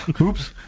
Oops